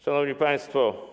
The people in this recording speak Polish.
Szanowni Państwo!